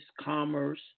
commerce